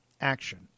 Action